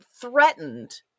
threatened